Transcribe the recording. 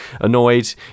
Annoyed